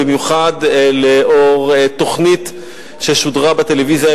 במיוחד לאור תוכנית ששודרה בטלוויזיה,